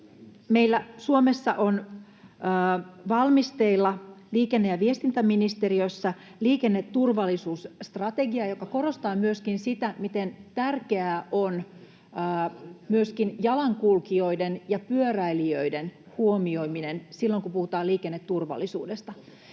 meillä Suomessa on valmisteilla liikenne‑ ja viestintäministeriössä liikenneturvallisuusstrategia, joka korostaa myöskin sitä, miten tärkeää on myöskin jalankulkijoiden ja pyöräilijöiden huomioiminen silloin, kun puhutaan liikenneturvallisuudesta.